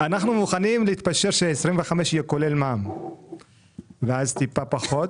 אנחנו מוכנים להתפשר ש-25 יהיה כולל מע"מ ואז זה יוצא מעט פחות.